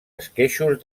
esqueixos